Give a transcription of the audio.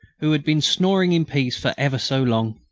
who had been snoring in peace for ever so long.